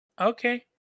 Okay